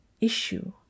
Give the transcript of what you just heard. issue